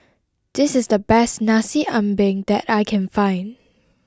this is the best Nasi Ambeng that I can find